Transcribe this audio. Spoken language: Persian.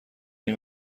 این